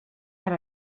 had